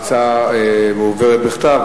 התשובה מועברת בכתב,